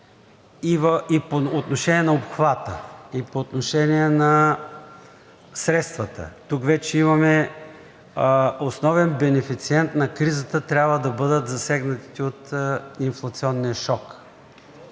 и по отношение на обхвата, и по отношение на средствата – тук вече имаме, основен бенефициент на кризата трябва да бъдат засегнатите от инфлационния шок,